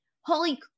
holy